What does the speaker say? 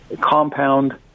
compound